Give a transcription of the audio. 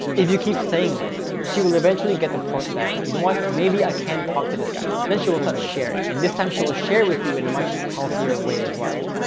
if you keep saying this, she will eventually get the point that, you know what? maybe i can talk to this guy. then she will start sharing and this time she will share with you in a much healthier way as well.